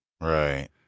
Right